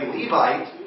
Levite